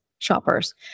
shoppers